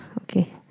Okay